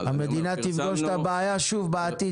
המדינה תפגוש את הבעיה שוב בעתיד,